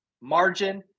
margin